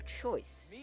choice